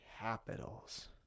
Capitals